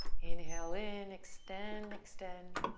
inhale in, extend, extend,